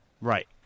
Right